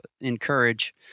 encourage